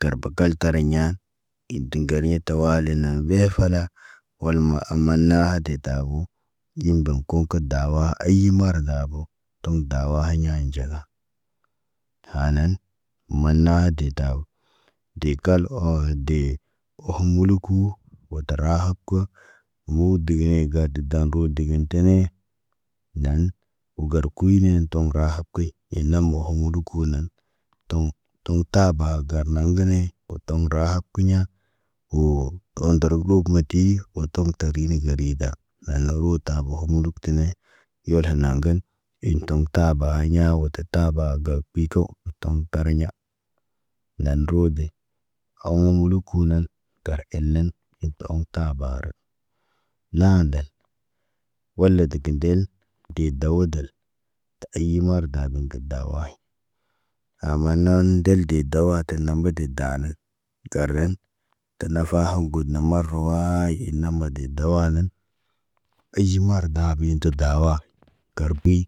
Tarba kal tariɲa. In diŋgeriɲa tawali naŋg deefala. Wal ma amana de tabu. Indoŋg kom kə daawa aymara daako. Tom dawa hiɲa inɟaɗa. Haanan mana ha de tabo. De kal ɔo de, oho muluku wa tarah kə. Woo digini garde dan ro digin tini. Naan, gar kuɲunen toŋg rahab kiɲ, ena moho muduku nan. Toŋg, toŋg taba garnaŋg gene. Wo toŋg rahab kiɲa. Woo ondəra gog matii, wo tok tarini garida, naan na oo taabo huk muluk tine. Yolhen naŋgən, in toŋg taba ɲawo tətə taba gag ɓi to, toŋg tariɲa. Lan roode, awoŋg luku nan, kar elen, iŋg tə oŋg tabarə. Naa ndel, wala de kə ndel, dee dawa dəl. Ti ayi marda bə gə daway. Aamanan, ndel de dawa ten nama de daanən. Kar gan, tə nafa haw got na marawaayit, ina mat de dawa nən. Ayi marda bi yen ti dawa, garbey.